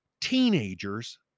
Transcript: teenagers